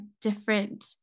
different